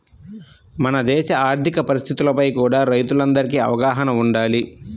మన దేశ ఆర్ధిక పరిస్థితులపై కూడా రైతులందరికీ అవగాహన వుండాలి